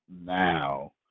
now